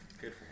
good